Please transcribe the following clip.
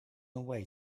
away